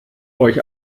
euch